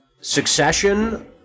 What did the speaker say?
succession